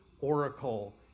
oracle